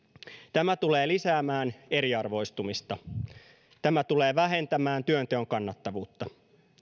tämä tulee lisäämään eriarvoistumista tämä tulee vähentämään työnteon kannattavuutta